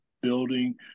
building